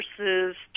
versus